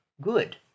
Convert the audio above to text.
good